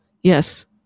yes